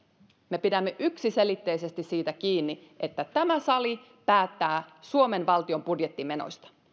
me pidämme yksiselitteisesti siitä kiinni että tämä sali päättää suomen valtion budjettimenoista